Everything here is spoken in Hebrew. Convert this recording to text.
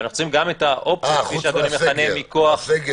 חוץ מהסגר.